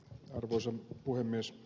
arvoisa puhemies